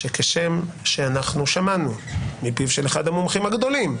שכשם ששמענו מפיו של אחד המומחים הגדולים,